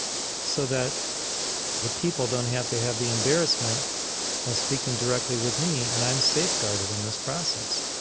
so that the people don't have to have the embarrassment of speaking directly with me, and i am safeguarded in this process.